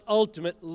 ultimate